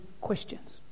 questions